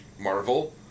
Marvel